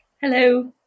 Hello